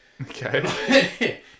Okay